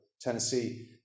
Tennessee